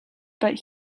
but